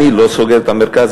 אני לא סוגר את המרכז,